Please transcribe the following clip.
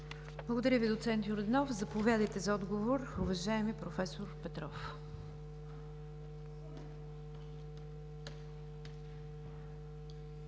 Благодаря Ви, доц. Йорданов. Заповядайте за отговор, уважаеми проф. Петров.